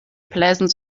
pleasant